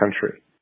country